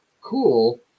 cool